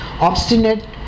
Obstinate